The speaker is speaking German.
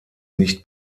nicht